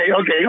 okay